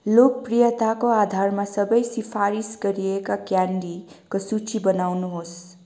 लोकप्रियताका आधारमा सबै सिफारिस गरिएका क्यान्डीको सूची बनाउनुहोस्